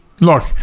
Look